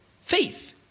faith